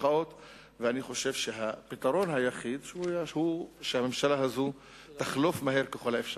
ואני חושב שהפתרון היחיד הוא שהממשלה הזאת תחלוף מהר ככל האפשר.